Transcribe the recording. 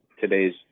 today's